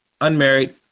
unmarried